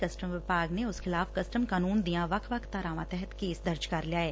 custom ਵਿਭਾਗ ਨੇ ਉਸ ਖਿਲਾਫ਼ ਕਸਟਮ ਕਾਨੁੰਨ ਦੀਆਂ ਵੱਖ ਵੱਖ ਧਾਰਾਵਾਂ ਤਹਿਤ ਕੇਸ ਦਰਜ ਕਰ ਲਿਐ